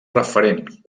referent